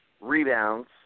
rebounds